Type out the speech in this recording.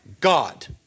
God